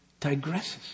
digresses